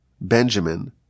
Benjamin